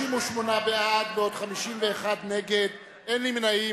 38 בעד, 51 נגד, אין נמנעים.